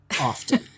often